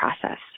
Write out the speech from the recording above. process